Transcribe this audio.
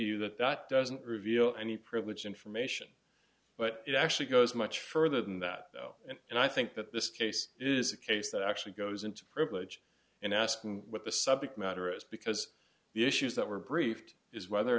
you that that doesn't reveal any privileged information but it actually goes much further than that though and i think that this case is a case that actually goes into privilege and asking what the subject matter is because the issues that were briefed is whether or